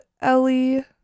Ellie